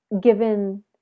given